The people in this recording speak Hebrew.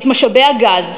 את משאבי הגז,